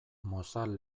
mozal